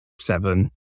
seven